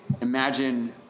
Imagine